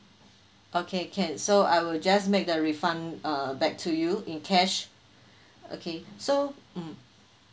okay can so I will just make the refund uh back to you in cash okay so mm